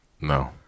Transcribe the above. No